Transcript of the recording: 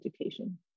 education